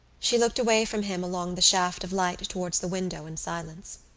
she looked away from him along the shaft of light towards the window in silence.